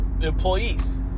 employees